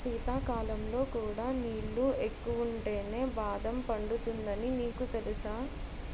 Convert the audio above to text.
శీతాకాలంలో కూడా నీళ్ళు ఎక్కువుంటేనే బాదం పండుతుందని నీకు తెలుసా?